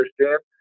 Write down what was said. understand